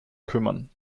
kümmern